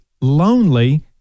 lonely